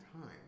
time